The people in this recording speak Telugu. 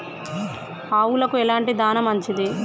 ఆవులకు ఎలాంటి దాణా మంచిది?